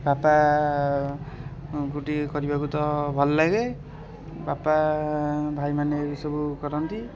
ବାପାଙ୍କୁ ତ ଟିକେ କରିବାକୁ ଭଲଲାଗେ ବାପା ଭାଇମାନେ ଏଇ ସବୁ କରନ୍ତି